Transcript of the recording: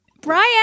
Brian